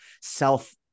self –